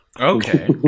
Okay